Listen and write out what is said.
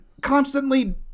constantly